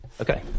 Okay